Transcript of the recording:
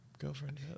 girlfriend